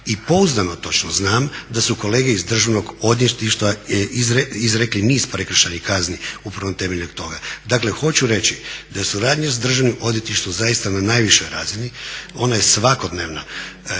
i pouzdano točno znam da su kolege iz Državnog odvjetništva izrekli niz prekršajnih kazni upravo temeljem toga. Dakle hoću reći da suradnja s Državnim odvjetništvom zaista na najvišoj razini, ona je svakodnevna.